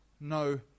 no